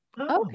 Okay